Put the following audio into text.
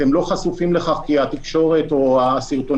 אתם לא חשופים לכך כי התקשורת או הסרטונים